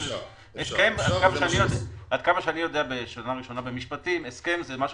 עד כמה שאני יודע בשנה ראשונה במשפטים,